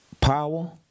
Power